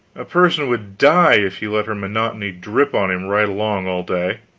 a person would die if he let her monotony drip on him right along all day.